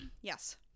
Yes